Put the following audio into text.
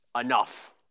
enough